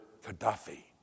Gaddafi